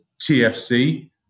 TFC